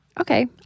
Okay